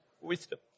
wisdom